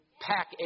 pack